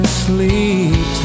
sleep